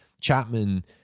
Chapman